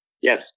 Yes